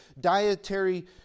dietary